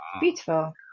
Beautiful